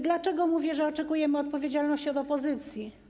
Dlaczego mówię, że oczekujemy odpowiedzialności od opozycji?